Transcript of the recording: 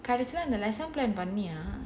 கடைசில அந்த:kadaisila andha lesson பண்ணியா:panniyaa